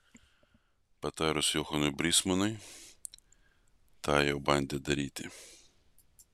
patarus johanui brysmanui tą jau bandė daryti